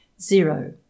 Zero